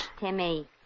Timmy